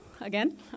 again